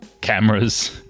cameras